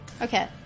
Okay